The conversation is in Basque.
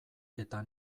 eta